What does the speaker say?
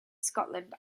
scotland